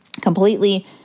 completely